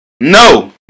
No